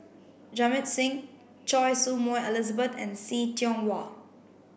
Jamit Singh Choy Su Moi Elizabeth and See Tiong Wah